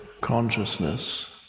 consciousness